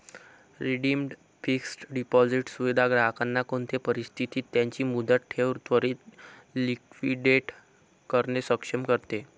redeemed fixed deposit सुविधा ग्राहकांना कोणते परिस्थितीत त्यांची मुदत ठेव त्वरीत लिक्विडेट करणे सक्षम करते